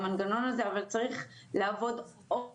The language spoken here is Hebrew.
אבל צריך לעבוד עוד קשה.